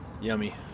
Yummy